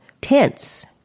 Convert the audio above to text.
tense